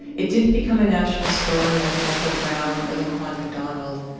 it didn't become a national story like michael brown or laquan mcdonald,